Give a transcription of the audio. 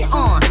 on